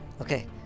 Okay